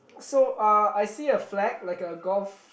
so uh I see a flag like a golf